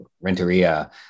Renteria